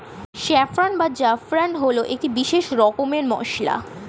saffron বা জাফরান হল একটি বিশেষ রকমের মশলা